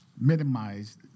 minimize